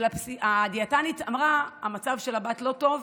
אבל הדיאטנית אמרה: המצב של הבת לא טוב,